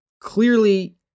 clearly